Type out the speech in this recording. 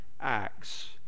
acts